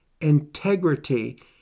integrity